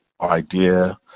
idea